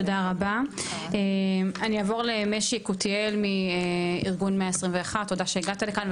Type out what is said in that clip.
תודה רבה אני אעבור למשי יקותיאל מארגון ,121 תודה שהגעת לכאן,